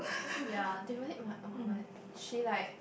ya they really !wah! !wah! she like